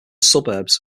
suburbs